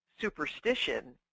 superstition